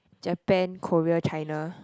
Japan Korea China